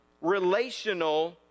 relational